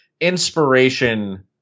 inspiration